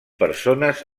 persones